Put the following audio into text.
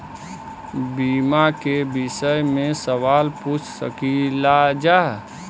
बीमा के विषय मे सवाल पूछ सकीलाजा?